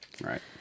Right